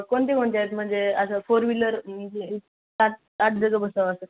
कोणते कोणते आहेत म्हणजे आता फोर विलर म्हणजे सात आठजण बसावं असं